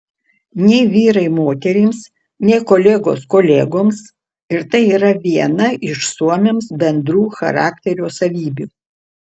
nei vyrai moterims nei kolegos kolegoms ir tai yra viena iš suomiams bendrų charakterio savybių